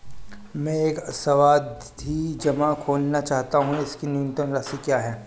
मैं एक सावधि जमा खोलना चाहता हूं इसकी न्यूनतम राशि क्या है?